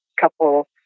couple